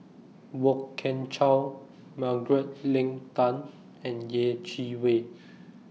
Kwok Kian Chow Margaret Leng Tan and Yeh Chi Wei